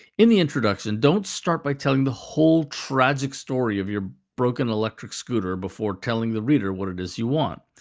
in the introduction, don't start by telling the whole tragic story of your broken electric scooter before telling the reader what it is you want.